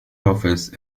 office